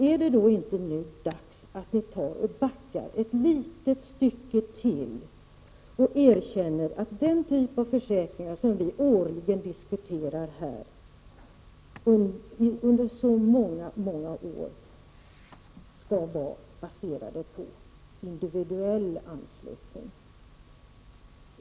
Är det då inte nu dags att backa ett litet stycke till och erkänna att den typ av försäkringar som vi här diskuterat årligen under så många år skall vara baserade på individuell anslutning?